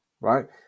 right